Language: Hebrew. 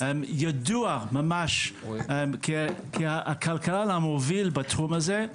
ידוע ממש ככלכלן המוביל בתחום הזה,